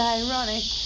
ironic